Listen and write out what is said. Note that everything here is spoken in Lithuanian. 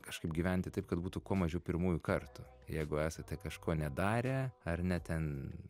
kažkaip gyventi taip kad būtų kuo mažiau pirmųjų kartų jeigu esate kažko nedarę ar ne ten